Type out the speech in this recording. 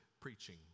preaching